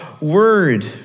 word